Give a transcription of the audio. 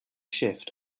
shift